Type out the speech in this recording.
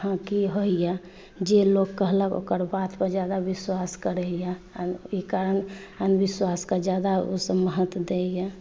की होइया जे लोक कहलक ओकर बात पर जादा विश्वास करै यऽ ओहि कारण अंधविश्वासक जादा ओसभ महत्व दै यऽ